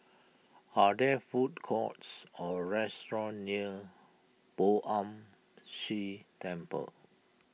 are there food courts or restaurants near Poh Ern Shih Temple